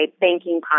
banking